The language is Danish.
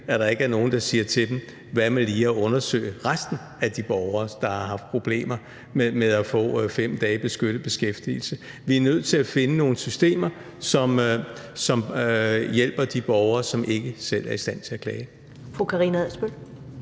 at der ikke er nogen, der siger til dem: Hvad med lige at undersøge resten af de borgere, der har haft problemer med at få 5 dages beskyttet beskæftigelse? Vi er nødt til at finde nogle systemer, som hjælper de borgere, som ikke selv er i stand til at klage.